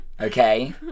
okay